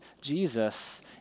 Jesus